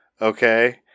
okay